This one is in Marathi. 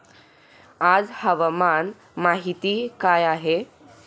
आज हवामान माहिती काय आहे?